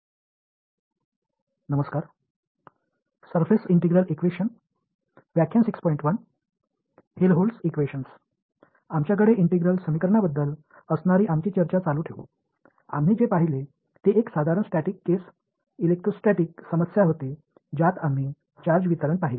आमच्याकडे इंटिग्रल समीकरणांबद्दल असणारी आमची चर्चा चालू ठेऊ आम्ही जे पाहिले ते एक साधारण स्टॅटिक केस इलेक्ट्रोस्टाटिक्स समस्या होती ज्यात आम्ही चार्ज वितरण पहिले